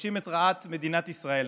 ומבקשים את רעת מדינת ישראל.